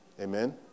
Amen